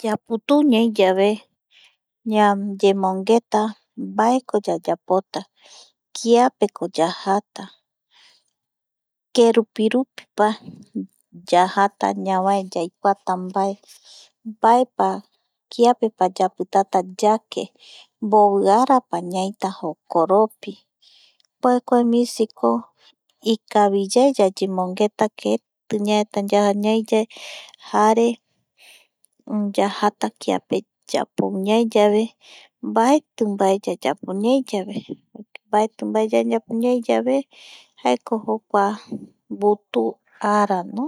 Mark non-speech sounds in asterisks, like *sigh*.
Yaputuu *noise* ñaiyave *noise* ñayemongeta *noise* mbaeko yayapota kiapeko *noise* yajata *noise* kerupirupira yajata ñamae *noise* vae yaikuata mbae *noise* mbaepa *noise* kiapepa yapitata *noise* yake *noise* mbovi ara pa ñaita jokoropi *noise* kua kua misiko *noise* ikaviyae yayemongeta *noise* keti yajata ñai yave *noise* jare *hesitation* yajata yapou ñaiyave mbaeti mbae yayapo ñai yave *noise* mbaeti mbae yayapo ñai yave jaeko jokua *noise* mbutu ara no